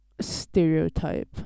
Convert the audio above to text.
stereotype